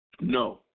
No